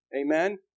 Amen